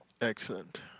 Excellent